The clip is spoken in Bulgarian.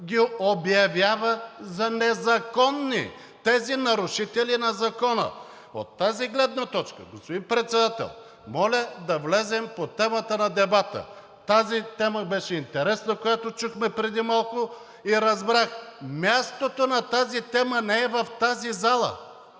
ги обявява за незаконни! Тези нарушители на закона! От тази гледна точка, господин Председател, моля да влезем в темата на дебата. Тази тема беше интересна, която чухме преди малко, и разбрах – мястото на тази тема не е в тази зала,